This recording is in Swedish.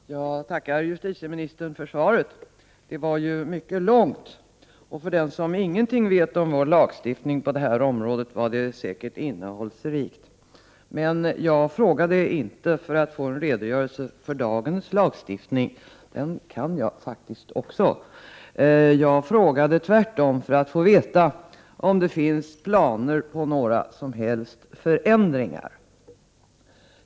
Herr talman! Jag tackar justitieministern för svaret. Det var mycket långt och för den som ingenting vet om vår lagstiftning på detta område säkert också innehållsrikt. Men jag ställde inte frågan för att få en redogörelse för dagens lagstiftning, för den kan faktiskt också jag. Tvärtom ställde jag frågan för att få veta om det finns planer på några som helst förändringar.